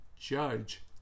judge